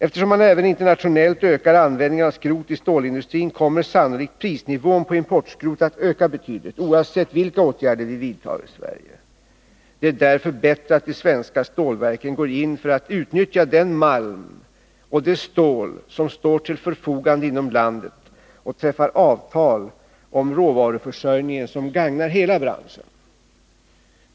Eftersom man även internationellt ökar användningen av skrot i stålindustrin, kommer sannolikt prisnivån på importskrot att höjas betydligt, oavsett vilka åtgärder vi vidtar i Sverige. Det är därför bättre att de svenska stålverken går in för att utnyttja den malm och det stål som står till förfogande inom landet och att man träffar avtal om råvaruförsörjningen som gagnar hela branschen.